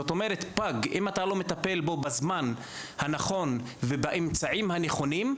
זאת אומרת: פג אם אתה לא מטפל בו בזמן הנכון ובאמצעים הנכונים,